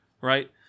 right